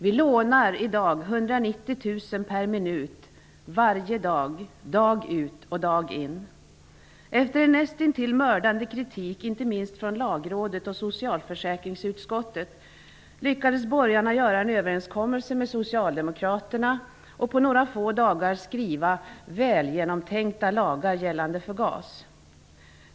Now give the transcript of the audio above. Vi lånar i dag 190 000 kr per minut varje dag, dag ut och dag in. Efter en näst intill mördande kritik, inte minst från Socialdemokraterna och på några få dagar skriva ''välgenomtänkta'' lagar gällande för GAS.